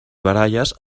baralles